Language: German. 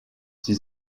sie